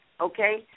okay